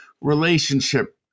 relationship